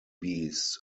bees